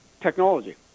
technology